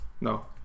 No